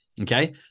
Okay